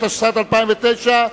התשס"ט 2009,